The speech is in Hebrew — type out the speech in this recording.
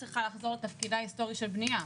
הם צריכים לקבל את אותם תנאים ולא להיות מופלים,